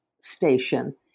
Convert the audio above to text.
station